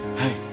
hey